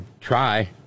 try